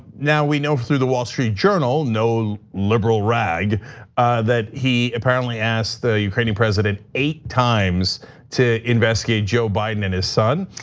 now, we know through the wall street journal, no liberal rag that he apparently asked the ukrainian president eight times to investigate joe biden and his son.